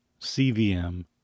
CVM